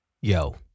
Yo